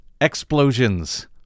explosions